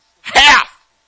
Half